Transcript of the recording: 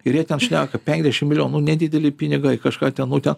ir jie ten šneka penkiasdešim milijonų nu nedideli pinigai kažką ten nu ten